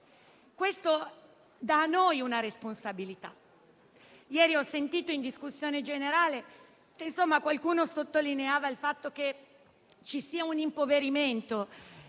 Questo dà a noi una responsabilità. Ieri ho sentito in discussione generale che qualcuno sottolineava il fatto che ci sia un impoverimento